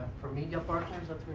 from media partners that